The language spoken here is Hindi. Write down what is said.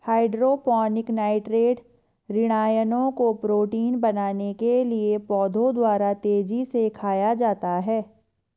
हाइड्रोपोनिक नाइट्रेट ऋणायनों को प्रोटीन बनाने के लिए पौधों द्वारा तेजी से खाया जाता है